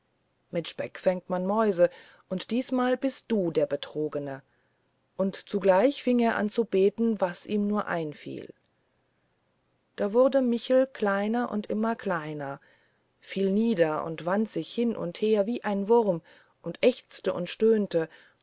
mit speck fängt man mäuse und diesmal bist du der betrogene und zugleich fing er an zu beten was ihm nur beifiel da wurde michel kleiner und immer kleiner fiel nieder und wand sich hin und her wie ein wurm und ächzte und stöhnte